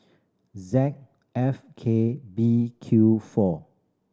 Z F K B Q four